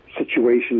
situation